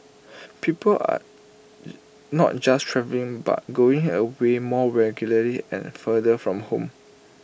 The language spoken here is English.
people are not just travelling but going away more regularly and further from home